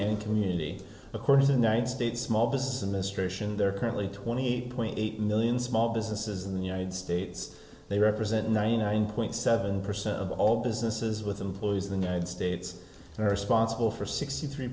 and community according to the nine states small business administration there are currently twenty eight point eight million small businesses in the united states they represent ninety nine point seven percent of all businesses with employees the nine states are responsible for sixty three